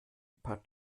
paar